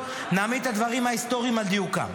חבריי חברי הכנסת, כבוד השרים הנוכחים.